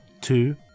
two